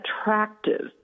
attractive